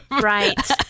Right